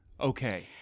Okay